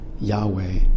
Yahweh